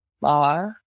bar